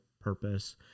purpose